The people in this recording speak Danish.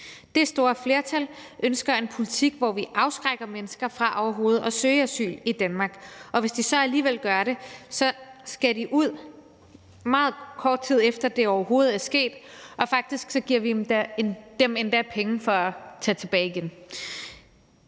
Det store flertal ønsker en politik, hvor vi afskrækker mennesker fra overhovedet at søge asyl i Danmark, og hvis de så alligevel gør det, skal de ud, meget kort tid efter det overhovedet er sket, og faktisk giver vi dem endda penge for at tage tilbage igen.